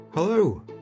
Hello